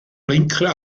blinker